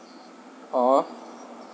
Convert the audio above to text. (uh huh)